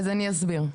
אסביר.